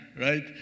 right